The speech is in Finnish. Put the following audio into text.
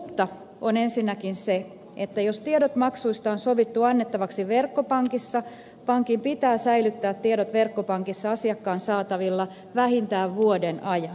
uutta on ensinnäkin se että jos tiedot maksuista on sovittu annettavaksi verkkopankissa pankin pitää säilyttää tiedot verkkopankissa asiakkaan saatavilla vähintään vuoden ajan